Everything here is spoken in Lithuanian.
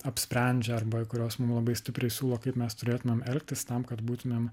apsprendžia arba kurios mum labai stipriai siūlo kaip mes turėtumėm elgtis tam kad būtumėm